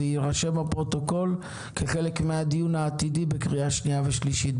זה יירשם בפרוטוקול כחלק מהדיון העתידי בקריאה שנייה ושלישית.